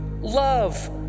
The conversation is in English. love